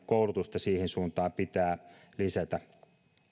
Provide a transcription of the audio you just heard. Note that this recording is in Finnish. koulutusta siihen suuntaan pitää lisätä